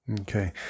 Okay